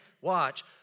Watch